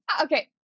Okay